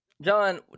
John